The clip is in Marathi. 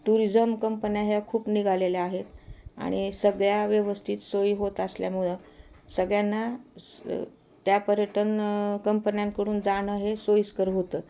टुरिजम कंपन्या ह्या खूप निघालेल्या आहेत आणि सगळ्या व्यवस्थित सोयी होत असल्यामुळं सगळ्यांना स त्या पर्यटन कंपन्यांकडून जाणं हे सोयीस्कर होतं